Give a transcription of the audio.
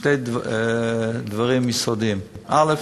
שני דברים משרדיים: א.